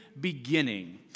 beginning